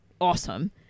awesome